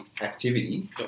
activity